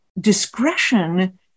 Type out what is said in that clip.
Discretion